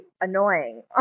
annoying